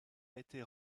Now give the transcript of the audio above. été